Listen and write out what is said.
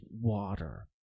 water